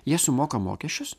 jie sumoka mokesčius